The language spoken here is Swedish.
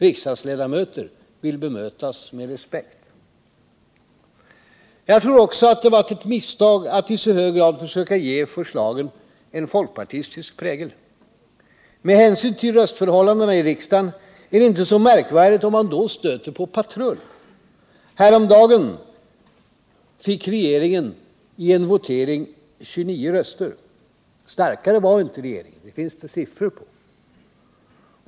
Riksdagsledamöter vill bemötas med respekt. Jag tror också att det varit ett misstag att i så hög grad försöka ge förslagen en fokpartistisk prägel. Med hänsyn till röstförhållandena i riksdagen är det inte så märkvärdigt om man då stöter på patrull. Häromdagen fick regeringen i en votering 29 röster. Starkare var inte regeringen. Det finns det siffror på.